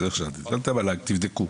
תבדקו.